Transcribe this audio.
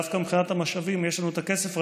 דווקא מבחינת המשאבים יש לנו את הכסף,